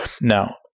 Now